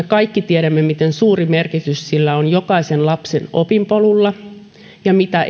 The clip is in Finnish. kaikki tiedämme miten suuri merkitys sillä on jokaisen lapsen opinpolulla ja mitä